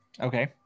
okay